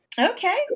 Okay